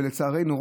ולצערנו,